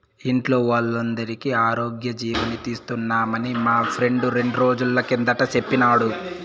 ఇంట్లో వోల్లందరికీ ఆరోగ్యజీవని తీస్తున్నామని మా ఫ్రెండు రెండ్రోజుల కిందట సెప్పినాడు